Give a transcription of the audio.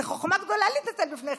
זאת חוכמה גדולה להתנצל בפני חזקי,